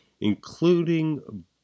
including